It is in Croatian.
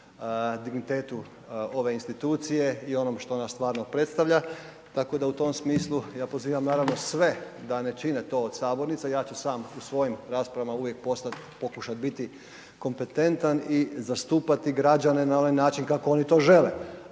dignitetu ove institucije i onom što ona stvarno predstavlja, tako da u tom smislu ja pozivam naravno sve da ne čine to od sabornice, ja ću sam u svojim raspravama uvijek postat, pokušat biti kompetentan i zastupati građane na onaj način kako oni to žele,